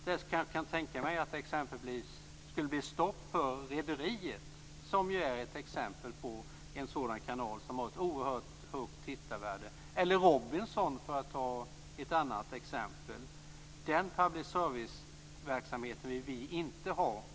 Jag kan tänka mig att det skulle bli stopp för Rederiet, som är ett exempel på ett sådant program som har ett högt tittarvärde, eller Robinson. Vi vill inte ha sådana insnävningar i public service-verksamheten.